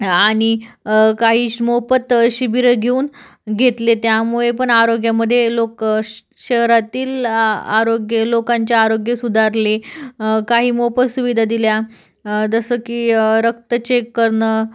आणि काही श्श मोफत शिबिरं घेऊन घेतले त्यामुळे पण आरोग्यामध्ये लोक श्श शहरातील आरोग्य लोकांच्या आरोग्य सुधारले काही मोफत सुविधा दिल्या जसं की रक्त चेक करणं